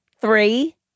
Three